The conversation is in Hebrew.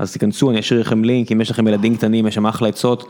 אז תיכנסו, אני אשאיר לכם לינק, אם יש לכם ילדים קטנים יש שם אחלה עצות.